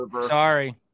Sorry